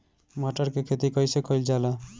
मटर के खेती कइसे कइल जाला?